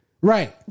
Right